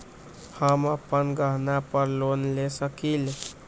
हम अपन गहना पर लोन ले सकील?